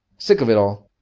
sick of it all!